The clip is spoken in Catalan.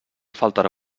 faltarà